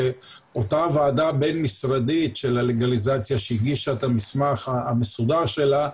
שאותה ועדה בין-משרדית של הלגליזציה שהגישה את המסמך המסודר שלה,